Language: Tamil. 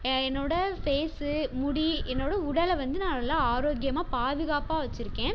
எ என்னோட ஃபேஸு முடி என்னோட உடலை வந்து நான் நல்ல ஆரோக்கியமாக பாதுகாப்பாக வெச்சுருக்கேன்